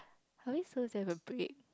are we saw there is a break